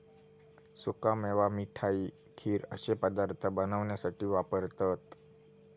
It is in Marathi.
सुका मेवा मिठाई, खीर अश्ये पदार्थ बनवण्यासाठी वापरतत